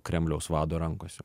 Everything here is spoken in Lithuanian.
kremliaus vado rankose